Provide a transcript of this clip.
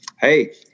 hey